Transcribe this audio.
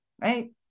right